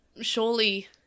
surely